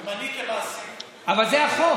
אם אני כמעסיק, אבל זה החוק.